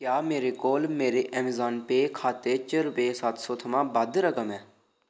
क्या मेरे कोल मेरे अमेजान पे खाते च रपेऽ सत्त सौ थमां बद्ध रकम ऐ